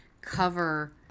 cover